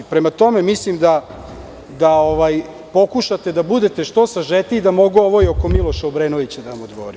Prema tome, mislim da pokušate da budete što sažetiji, da mogu ovo i oko Miloša Obrenovića da vam odgovorim.